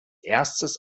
erstes